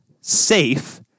safe